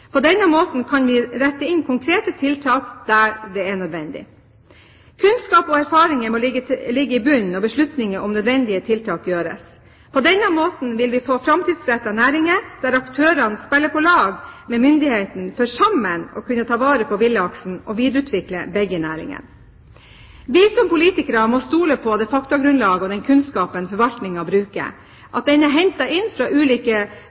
På denne måten kan vi sette inn konkrete tiltak der det er nødvendig. Kunnskap og erfaringer må ligge i bunnen når beslutninger om nødvendige tiltak tas. På denne måten vil vi få framtidsrettede næringer, der aktørene spiller på lag med myndighetene, for sammen å kunne ta vare på villaksen og videreutvikle begge næringene. Vi som politikere må stole på at det faktagrunnlaget og den kunnskapen forvaltningen bruker, er hentet inn fra ulike